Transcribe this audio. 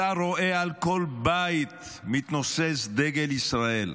אתה רואה על כל בית מתנוסס דגל ישראל,